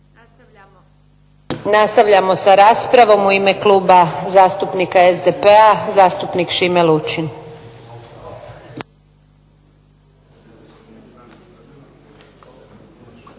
Nastavljamo sa raspravom. U ime Kluba zastupnika SDP-a zastupnik Šime Lučin.